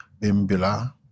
Bimbila